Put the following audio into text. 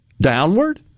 downward